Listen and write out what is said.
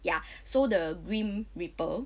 ya so the grim reaper